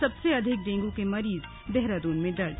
सबसे अधिक डेंगू के मरीज देहरादून में दर्ज